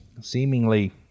Seemingly